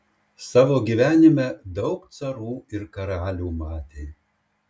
savo gyvenime daug carų ir karalių matė